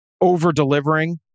over-delivering